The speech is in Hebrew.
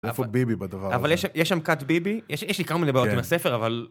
איפה ביבי בדבר הזה? -אבל יש שם קאט ביבי? יש לי כל מיני בעיות עם הספר, אבל...